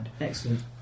Excellent